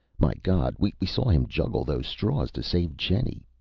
my god, we saw him juggle those straws to save jenny!